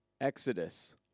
Exodus